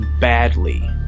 badly